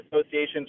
Association's